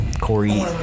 Corey